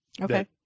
Okay